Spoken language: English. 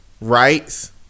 rights